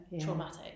traumatic